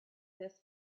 this